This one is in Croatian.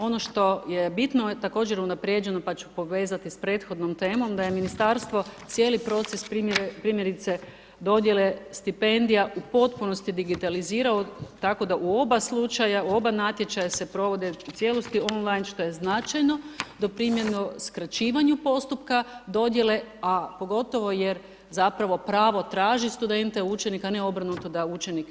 Ono što je bitno je također unaprijeđeno, pa ću povezati sa prethodnom temom, da je ministarstvo cijeli proces primjerice dodjele stipendija u potpunosti digitalizirao tako da u oba slučaja, u oba natječaja se provode u cijelosti, online, što je značajno, do primjeno skraćivanje postupka dodjele a pogotovo, jer zapravo pravo tražiti studente učenika, a ne obrnuto, da učenik traži svoje pravo.